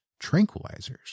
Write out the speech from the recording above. tranquilizers